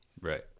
Right